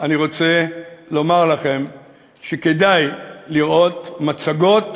אני רוצה לומר לכם שכדאי לראות מצגות